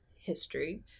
history